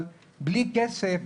אבל בלי כסף,